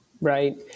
Right